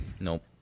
Nope